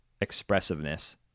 expressiveness